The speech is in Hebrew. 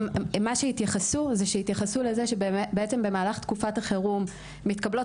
התייחסו לזה שבמהלך תקופת חירום מתקבלות